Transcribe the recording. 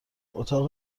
اتاق